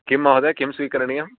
किं महोदय किं स्वीकरणीयं